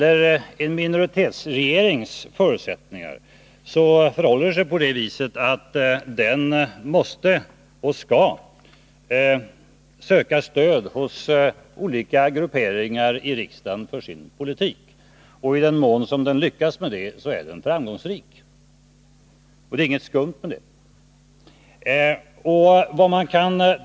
En minoritetsregering måste och skall söka stöd hos olika grupperingar i riksdagen för sin politik. I den mån den lyckas med det är den framgångsrik. Det är inget skumt med det.